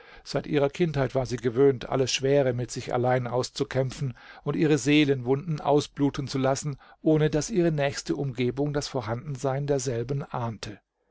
seit ihrer kindheit war sie gewöhnt alles schwere mit sich allein auszukämpfen und ihre seelenwunden ausbluten zu lassen ohne daß ihre nächste umgebung das vorhandensein derselben ahnte